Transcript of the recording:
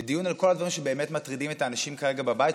לדיון על כל הדברים שבאמת מטרידים את האנשים כרגע בבית,